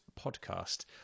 podcast